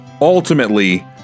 Ultimately